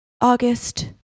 August